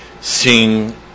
seeing